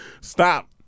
Stop